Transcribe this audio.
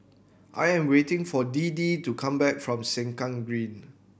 I am waiting for Deedee to come back from Sengkang Green